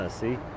see